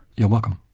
you're welcome.